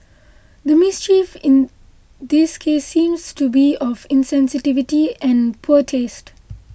the mischief in this case seems to be of insensitivity and poor taste